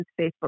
Facebook